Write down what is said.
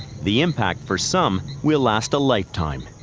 the impact, for some, will last a lifetime.